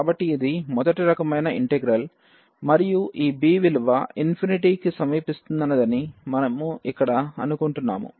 కాబట్టి ఇది మొదటి రకమైన ఇంటిగ్రల్ మరియు ఈ b విలువ ∞ కు సమీపిస్తున్నదని మేము ఇక్కడ అనుకుంటున్నాము